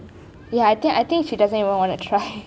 ya I think I think she doesn't even want to try